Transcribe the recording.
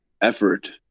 effort